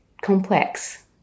complex